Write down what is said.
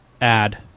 add